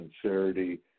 sincerity